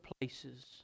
places